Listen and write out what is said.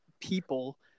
people